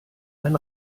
ein